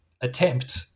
attempt